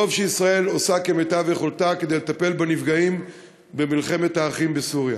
טוב שישראל עושה כמיטב יכולתה כדי לטפל בנפגעים במלחמת האחים בסוריה,